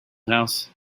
house